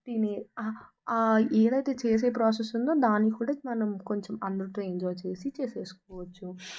తిని ఏదైతే చేసే ప్రాసెస్ ఉందో దానికి కూడా మనం కొంచెం అందరితో ఎంజాయ్ చేసి చేసేసుకోవచ్చు